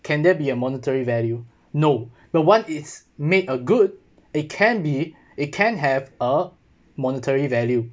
can there be a monetary value no the one is made a good it can be it can have a monetary value